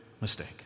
mistake